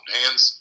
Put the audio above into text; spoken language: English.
hands